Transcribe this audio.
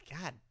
God